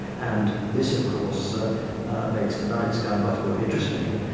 and this of course ah makes the night sky much more interesting,